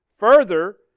Further